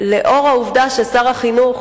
אחרי ששר החינוך